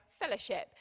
fellowship